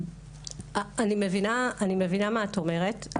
אני מבינה מה את אומרת.